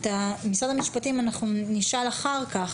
את משרד המשפטים אנחנו נשאל אחר כך,